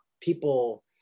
people